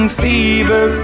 fever